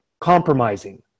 compromising